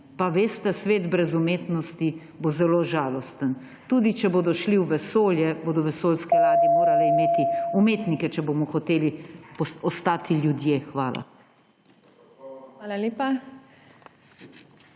Pa veste, svet brez umetnosti bo zelo žalosten. Tudi če bodo šli v vesolje, bodo vesoljske ladje morale imeti umetnike, če bomo hoteli ostati ljudje. Hvala.